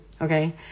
Okay